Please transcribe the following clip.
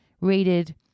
rated